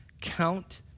count